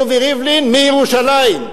רובי ריבלין מירושלים,